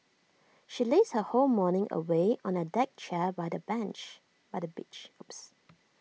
she lazed her whole morning away on A deck chair by the by the beach oops